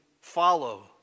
follow